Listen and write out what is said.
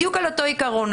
בדיוק על אותו עיקרון,